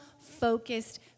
focused